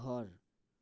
घर